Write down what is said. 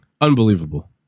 Unbelievable